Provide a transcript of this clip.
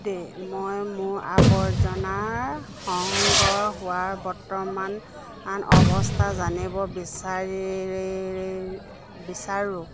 day মই মোৰ আৱৰ্জনা সংগ্ৰহ হোৱাৰ বৰ্তমান অৱস্থা জানিব বিচাৰি বিচাৰোঁ